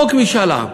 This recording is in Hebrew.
חוק משאל עם,